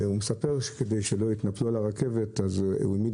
הוא מספר שכדי שלא יתנפלו על הרכבת אז הוא העמיד